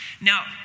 Now